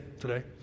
today